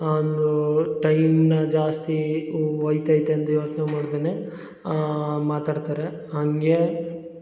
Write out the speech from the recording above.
ಆನೂ ಟೈಮ್ನ ಜಾಸ್ತಿ ಒಯ್ತೈತಂದು ಯೋಚನೆ ಮಾಡ್ದೆನೆ ಮಾತಾಡ್ತಾರೆ ಹಾಗೇ